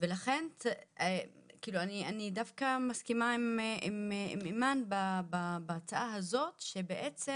ולכן אני דווקא מסכימה עם אימאן בהצעה הזאת, שבעצם